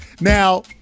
Now